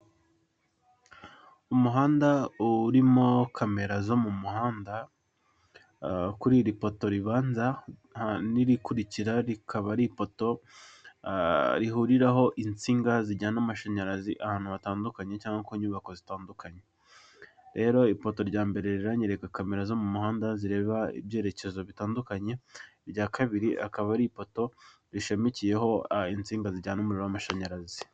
Umuhanda urimo kamera zo mu muhanda, kuri iri poto ribanza n'irikurikira, rikaba ari ipoto rihuriraho insinga zijyana amashanyarazi ahantu hatandukanye cyangwa ku nyubako zitandukanye. Rero ipoto rya mbere riranyereka Kamera zo mu muhanda, zireba ibyerekezo bitandukanye, irya kabiri akaba ari ipoto rishamikiyeho insinga zijyana umuriro w'amashanyarazi.